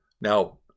Now